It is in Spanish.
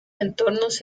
entornos